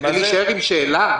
כדי להישאר עם שאלה?